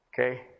Okay